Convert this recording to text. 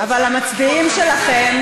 אבל המצביעים שלכם,